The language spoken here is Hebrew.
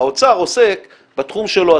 האוצר עוסק בתחום שלו,